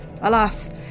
Alas